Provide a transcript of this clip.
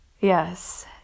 yes